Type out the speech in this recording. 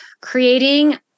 creating